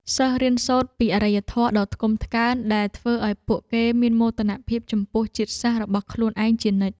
សិស្សរៀនសូត្រពីអរិយធម៌ដ៏ថ្កុំថ្កើងដែលធ្វើឱ្យពួកគេមានមោទនភាពចំពោះជាតិសាសន៍របស់ខ្លួនឯងជានិច្ច។